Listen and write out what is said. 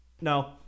No